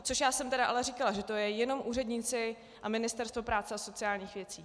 Což já jsem tedy ale říkala, že to jsou jenom úředníci a Ministerstvo práce a sociálních věcí.